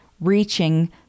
reaching